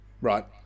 Right